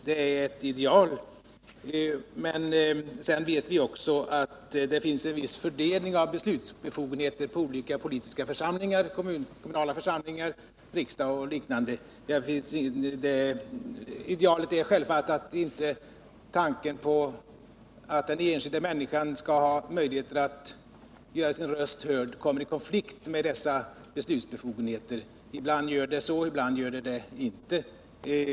Det är ett ideal, men sedan vet vi också att det finns en viss fördelning av beslutsbefogenheter på olika politiska församlingar — kommunala församlingar, riksdag och liknande. Idealet är självfallet att den enskilda människans möjligheter att göra sin röst hörd inte kommer i konflikt med dessa beslutsbefogenheter. Ibland blir det så dess värre, ibland inte.